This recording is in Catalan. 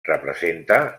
representa